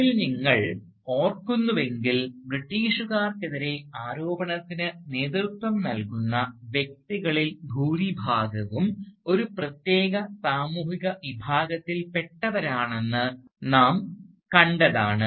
അതിൽ നിങ്ങൾ ഓർക്കുന്നുവെങ്കിൽ ബ്രിട്ടീഷുകാർക്കെതിരായ ആരോപണത്തിന് നേതൃത്വം നൽകുന്ന വ്യക്തികളിൽ ഭൂരിഭാഗവും ഒരു പ്രത്യേക സാമൂഹിക വിഭാഗത്തിൽ പെട്ടവരാണെന്ന് നാം കണ്ടതാണ്